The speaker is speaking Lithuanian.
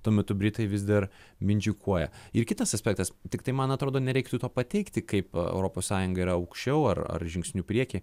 tuo metu britai vis dar mindžikuoja ir kitas aspektas tiktai man atrodo nereiktų to pateikti kaip europos sąjunga yra aukščiau ar ar žingsniu prieky